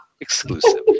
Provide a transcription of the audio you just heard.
exclusive